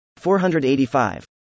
485